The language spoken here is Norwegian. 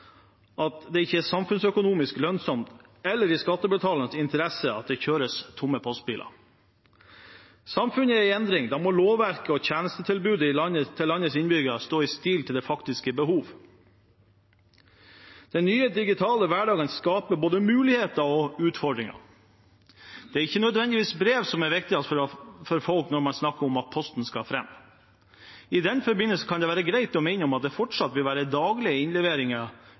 at det ikke er samfunnsøkonomisk lønnsomt eller i skattebetalernes interesse at det kjøres tomme postbiler. Samfunnet er i endring. Da må lovverket og tjenestetilbudet til landets innbyggere stå i stil til det faktiske behovet. Den nye digitale hverdagen skaper både muligheter og utfordringer. Det er ikke nødvendigvis brev som er det viktigste for folk når man snakker om at posten skal fram. I den forbindelse kan det være greit å minne om at det fortsatt vil være daglig